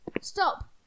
Stop